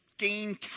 gain